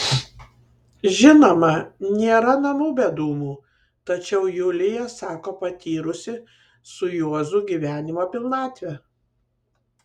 žinoma nėra namų be dūmų tačiau julija sako patyrusi su juozu gyvenimo pilnatvę